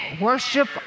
Worship